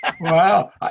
Wow